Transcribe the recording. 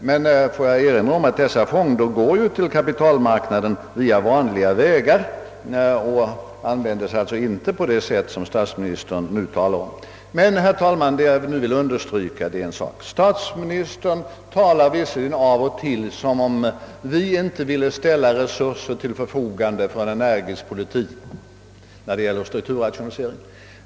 Men får jag erinra om att medlen från dessa fonder ju går till kapitalmarknaden på vanliga vägar och alltså inte används på det sätt som statsministern nu talar om. Herr talman! Vad jag vill understryka är följande. Statsministern talar visserligen av och till som om vi inte ville ställa resurser till förfogande för en energisk politik när det gäller strukturrationaliseringen.